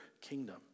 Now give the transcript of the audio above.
kingdom